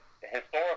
historical